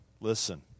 Listen